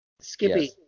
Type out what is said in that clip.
skippy